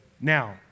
Now